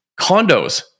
Condos